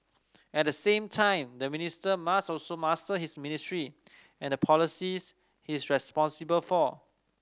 at the same time the minister must also master his ministry and the policies is responsible for